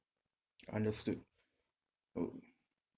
understood